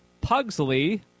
Pugsley